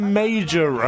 major